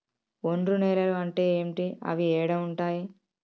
ఒండ్రు నేలలు అంటే ఏంటి? అవి ఏడ ఉంటాయి?